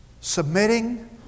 submitting